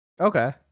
Okay